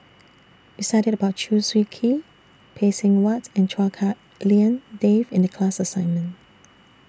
We studied about Chew Swee Kee Phay Seng Whatt and Chua Hak Lien Dave in The class assignment